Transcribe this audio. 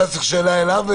אלי, יש לך שאלה אליו?